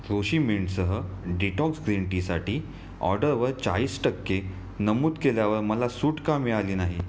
रोशी मिंटसह detox green टीसाठी ऑर्डरवर चाळीस टक्के नमूद केल्यावर मला सूट का मिळाली नाही